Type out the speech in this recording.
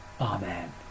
Amen